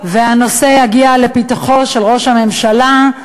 והנושא יגיע לפתחו של ראש הממשלה.